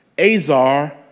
Azar